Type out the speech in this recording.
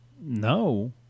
No